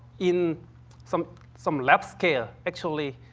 in some some lab scale, actually,